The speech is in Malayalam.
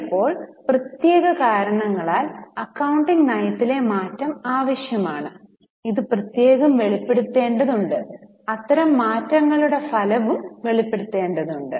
ചിലപ്പോൾ പ്രത്യേക കാരണങ്ങളാൽ അക്കൌണ്ടിംഗ് നയത്തിലെ മാറ്റം ആവശ്യമാണ് ഇത് പ്രത്യേകം വെളിപ്പെടുത്തേണ്ടതുണ്ട് അത്തരം മാറ്റങ്ങളുടെ ഫലവും വെളിപ്പെടുത്തേണ്ടതുണ്ട്